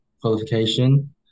qualification